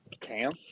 Cam